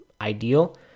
ideal